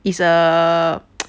it's a